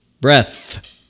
Breath